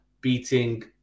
beating